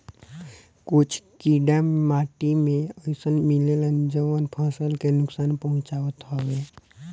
कुछ कीड़ा माटी में अइसनो मिलेलन जवन की फसल के नुकसान पहुँचावत हवे